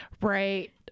Right